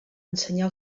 ensenyar